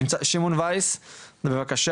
נמצא איתנו שמעון וייס, בבקשה.